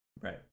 Right